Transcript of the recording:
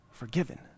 forgiven